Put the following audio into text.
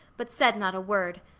but said not a word.